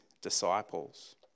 disciples